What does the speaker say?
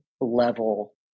level